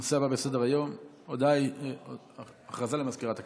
הנושא הבא בסדר-היום, הודעה למזכירת הכנסת.